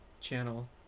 Channel